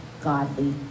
godly